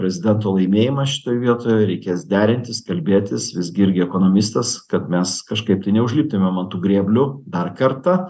prezidento laimėjimas šitoj vietoje reikės derintis kalbėtis visgi irgi ekonomistas kad mes kažkaip tai neužliptumėm ant tų grėblių dar kartą